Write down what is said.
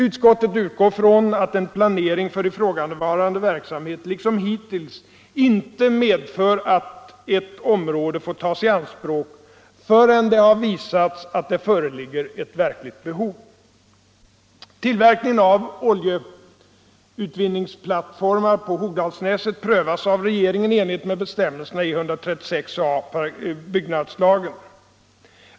Utskottet utgår från att en planering för ifrågavarande verksamhet liksom hittills inte medför att ett område får tas i anspråk förrän det har visats att det föreligger ett verkligt behov. Tillverkning av oljeutvinningsplattformar på Hogdalsnäset prövas av regeringen i enlighet med bestämmelserna i 136 a § byggnadslagen.